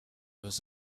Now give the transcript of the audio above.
was